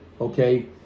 Okay